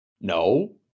No